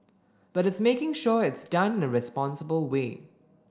but it's making sure it's done in a responsible way